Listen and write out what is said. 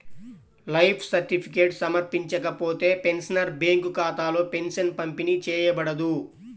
life certificate సమర్పించకపోతే, pensioner bank ఖాతాలో pension పంపిణీ చేయబడదు